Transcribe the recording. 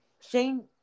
Shane